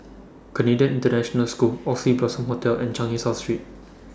Canadian International School Oxley Blossom Hotel and Changi South Street